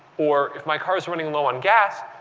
or if my car's running low on gas,